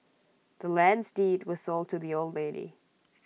the land's deed was sold to the old lady